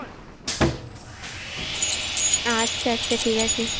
আচ্ছা আচ্ছা ঠিক আছে